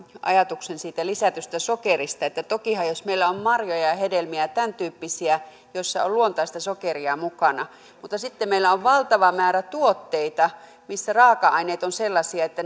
ajatusta siitä lisätystä sokerista tokihan on eri asia jos meillä on marjoja ja ja hedelmiä ja tämäntyyppisiä joissa on luontaista sokeria mukana mutta sitten meillä on valtava määrä tuotteita missä raaka aineet ovat sellaisia että